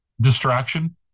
Distraction